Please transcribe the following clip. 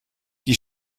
die